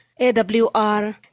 AWR